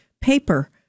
paper